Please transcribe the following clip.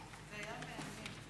בבקשה, אדוני.